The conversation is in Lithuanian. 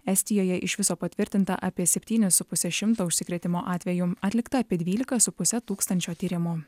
estijoje iš viso patvirtinta apie septynis su puse šimto užsikrėtimo atvejų atlikta apie dvylika su puse tūkstančio tyrimų